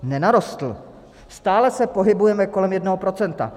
Nenarostl, stále se pohybujeme kolem jednoho procenta.